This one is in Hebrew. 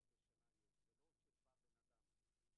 זאת אומרת,